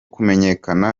kumenyekana